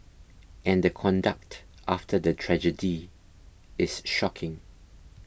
and the conduct after the tragedy is shocking